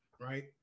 right